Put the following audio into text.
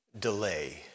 delay